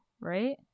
right